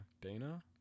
Dana